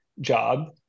job